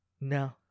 No